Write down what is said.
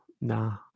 Nah